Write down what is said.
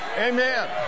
Amen